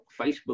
Facebook